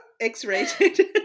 x-rated